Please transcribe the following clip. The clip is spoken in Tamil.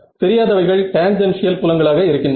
தெரியாதவைகள் டேன்ஜென்ஷியல் புலங்களாக இருக்கின்றன